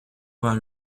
vingt